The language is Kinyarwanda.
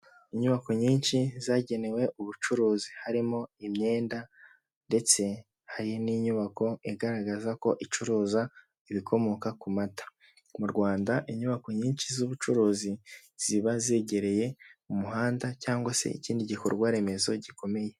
Inyubako nyinshi zagenewe ubucuruzi harimo imyenda, ndetse hari n'inyubako igaragaza ko icuruza ibikomoka ku mata mu Rwanda inyubako nyinshi z'ubucuruzi ziba zegereye umuhanda cyangwa se ikindi gikorwaremezo gikomeye.